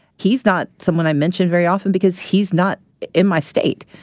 he's not someone i mention very often because he's not in my state.